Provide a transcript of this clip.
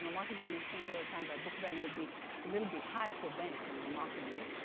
and market values change all the time, but book value would be a little bit higher for banks and remarkably.